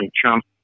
Trump